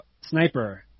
Sniper